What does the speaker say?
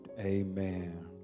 Amen